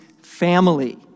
family